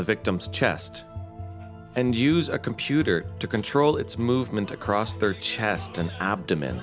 the victim's chest and use a computer to control its movement across third chest and abdomen